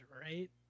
right